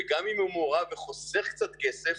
וגם אם הוא מעורב וחוסך קצת כסף,